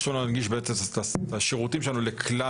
היה חשוב לנו להנגיש את השירותים שלנו לכלל